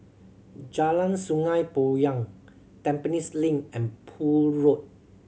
Jalan Sungei Poyan Tampines Link and Poole Road